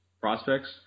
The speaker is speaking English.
prospects